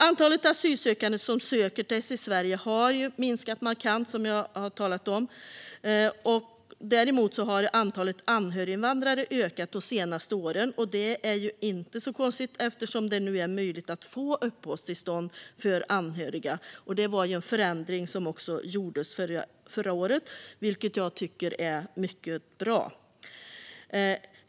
Antalet asylsökande som söker sig till Sverige har minskat markant, vilket jag har talat om. Däremot har antalet anhöriginvandrare ökat de senaste åren. Det är inte så konstigt eftersom det nu är möjligt att få uppehållstillstånd för anhöriga. Det var en förändring som gjordes förra året och som jag tycker var mycket bra.